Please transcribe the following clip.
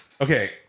Okay